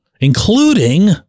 including